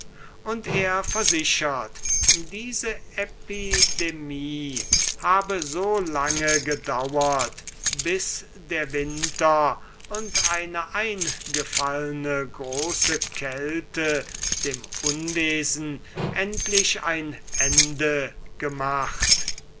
und er versichert diese epidemie habe so lange gedauert bis der winter und eine eingefallne große kälte dem unwesen endlich ein ende gemacht